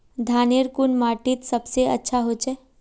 धानेर कुन माटित सबसे अच्छा होचे?